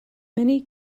many